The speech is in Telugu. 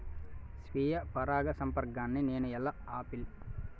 స్వీయ పరాగసంపర్కాన్ని నేను ఎలా ఆపిల్?